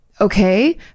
okay